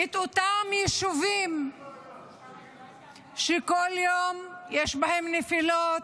את אותם יישובים שכל יום יש בהם נפילות